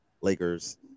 Lakers